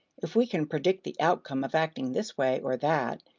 if we can predict the outcome of acting this way or that,